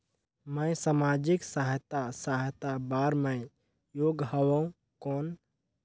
मैं समाजिक सहायता सहायता बार मैं योग हवं कौन?